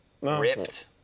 Ripped